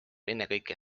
ennekõike